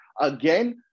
again